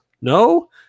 no